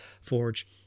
forge